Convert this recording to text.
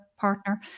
partner